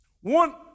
One